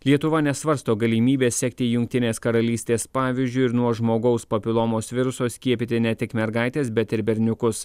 lietuva nesvarsto galimybės sekti jungtinės karalystės pavyzdžiu ir nuo žmogaus papilomos viruso skiepyti ne tik mergaites bet ir berniukus